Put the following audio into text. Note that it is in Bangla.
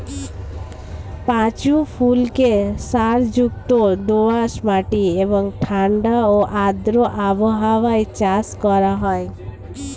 পাঁচু ফুলকে সারযুক্ত দোআঁশ মাটি এবং ঠাণ্ডা ও আর্দ্র আবহাওয়ায় চাষ করা হয়